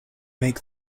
make